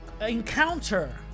encounter